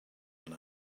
and